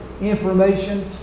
information